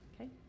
Okay